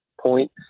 point